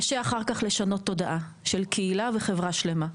אז קשה לשנות תודעה של קהילה וחברה שלמה.